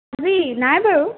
busy নাই বাৰু